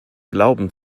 glauben